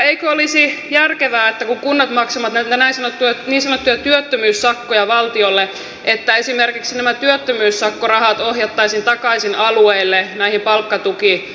eikö olisi järkevää kun kunnat maksavat näitä niin sanottuja työttömyyssakkoja valtiolle että esimerkiksi nämä työttömyyssakkorahat ohjattaisiin takaisin alueille näinä palkkatukityöllistämismäärärahoina